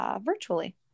virtually